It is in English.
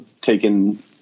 taken